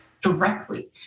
directly